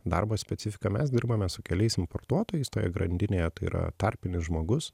darbo specifiką mes dirbame su keliais importuotojais toje grandinėje tai yra tarpinis žmogus